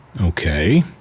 Okay